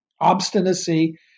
obstinacy